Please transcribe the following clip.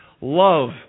Love